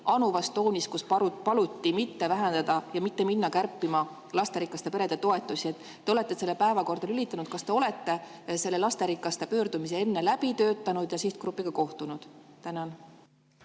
anuvas toonis, milles paluti mitte vähendada ja mitte minna kärpima lasterikaste perede toetusi. Te olete selle [eelnõu] päevakorda lülitanud. Kas te olete selle lasterikaste liidu pöördumise enne läbi töötanud ja sihtgrupiga kohtunud?